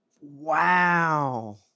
Wow